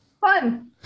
Fun